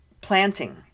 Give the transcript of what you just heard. planting